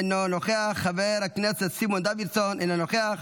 אינו נוכח, חבר הכנסת סימון דוידסון, אינו נוכח,